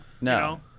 no